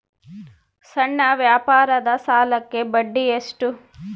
ಸಣ್ಣ ವ್ಯಾಪಾರದ ಸಾಲಕ್ಕೆ ಬಡ್ಡಿ ಎಷ್ಟು?